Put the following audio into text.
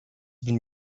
been